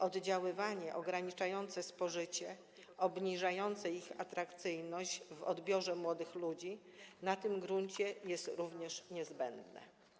Oddziaływania ograniczające ich spożycie, obniżające ich atrakcyjność w odbiorze młodych ludzi na tym gruncie jest również niezbędne.